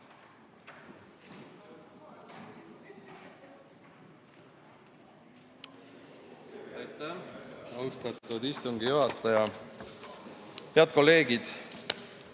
Aitäh, austatud istungi juhataja! Head kolleegid!